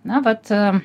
na vat